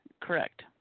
correct